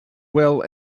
well